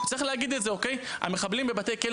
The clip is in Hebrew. וצריך להגיד את זה: המחבלים בבתי הכלא